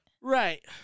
Right